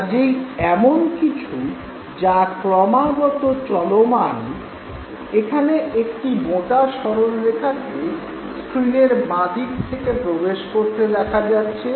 কাজেই এমন কিছু যা ক্রমাগত চলমান এখানে একটি মোটা সরলরেখাকে স্ক্রীনের বাঁদিক থেকে প্রবেশ করতে দেখা যাচ্ছে